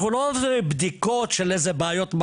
אנחנו לא עושים בדיקות של מחלות,